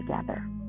together